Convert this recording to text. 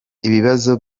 ibibazo